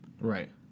Right